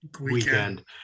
weekend